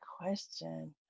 question